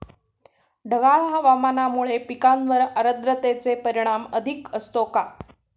ढगाळ हवामानामुळे पिकांवर आर्द्रतेचे परिणाम अधिक असतो का?